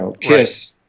Kiss